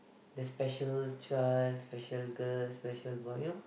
the special child special girl special boy you know